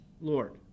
Lord